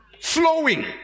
flowing